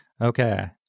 Okay